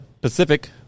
Pacific